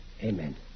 Amen